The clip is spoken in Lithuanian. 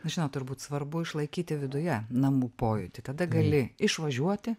žinot turbūt svarbu išlaikyti viduje namų pojūtį tada gali išvažiuoti